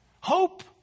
Hope